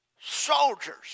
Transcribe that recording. soldiers